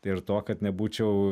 ir to kad nebūčiau